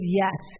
yes